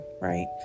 right